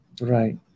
Right